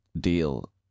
deal